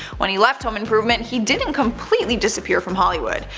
when he left home improvement, he didn't completely disappear from hollywood.